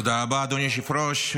תודה רבה, אדוני היושב-ראש.